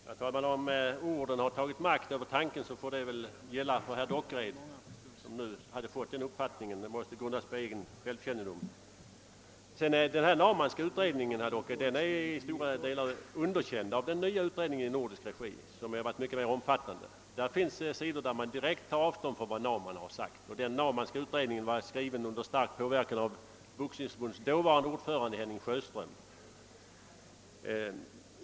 Herr talman! Om orden fått makt över tanken i denna debatt, får väl detta uttalande gälla för herr Dockered eftersom han nu fått denna uppfattning. Den måste grunda sig på en viss självkännedom. Den Naumannska utredningen är, herr Dockered, i stora delar underkänd av den nya utredningen i nordisk regi, som varit mycket mer omfattande. På vissa sidor i denna tar man direkt avstånd från Naumanns resultat. Den Naumannska utredningen skrevs under stark påverkan av Boxningsförbundets dåvarande ordförande Henning Sjöström.